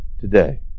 today